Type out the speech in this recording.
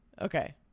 Okay